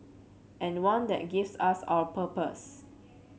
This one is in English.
and one that gives us our purpose